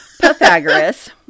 Pythagoras